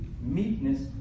meekness